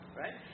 right